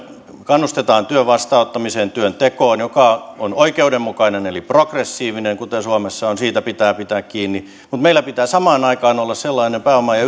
kannustamme työn vastaanottamiseen työntekoon joka on oikeudenmukainen eli progressiivinen kuten suomessa on siitä pitää pitää kiinni mutta meillä pitää samaan aikaan olla sellainen pääoma ja